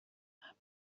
عقب